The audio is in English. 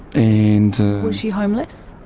and was she homeless?